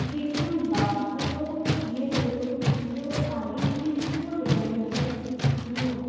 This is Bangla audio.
দেখুন বাড়িভাড়াটা তো আমি দিয়ে দেবো তো পুজোর আগেই কি দিতে হবে মানে এটাই কি নিয়ম